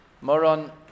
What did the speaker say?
Moron